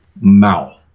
mouth